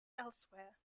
elsewhere